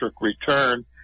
return